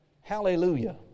Hallelujah